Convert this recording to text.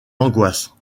angoisses